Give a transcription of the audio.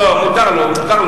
לא, מותר לו.